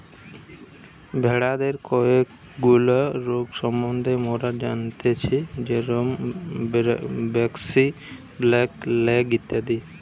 ভেড়াদের কয়েকগুলা রোগ সম্বন্ধে মোরা জানতেচ্ছি যেরম ব্র্যাক্সি, ব্ল্যাক লেগ ইত্যাদি